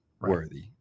worthy